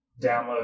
download